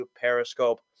Periscope